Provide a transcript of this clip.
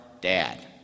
dad